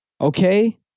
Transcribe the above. okay